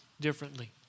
differently